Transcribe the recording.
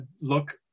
look